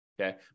okay